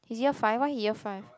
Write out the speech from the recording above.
he's year five why he year five